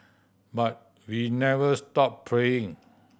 but we never stop praying